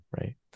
right